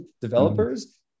developers